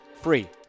free